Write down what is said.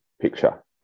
picture